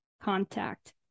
contact